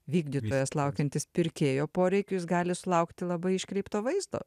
vykdytojas laukiantis pirkėjo poreikių jis gali sulaukti labai iškreipto vaizdo